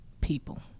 people